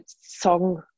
song